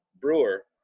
brewer